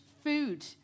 food